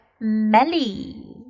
Melly